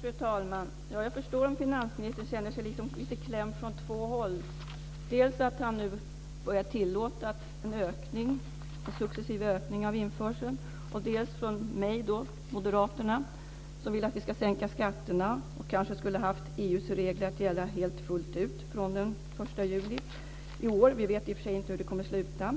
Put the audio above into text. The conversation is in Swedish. Fru talman! Jag förstår om finansministern känner sig lite klämd från två håll. Dels måste han nu börja tillåta en successiv ökning av införseln, dels vill moderaterna att vi ska sänka skatterna och att vi kanske skulle låta EU:s regler gälla fullt ut från den 1 juli i år. Vi vet i och för sig inte hur det kommer att sluta.